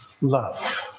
love